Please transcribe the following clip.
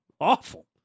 Awful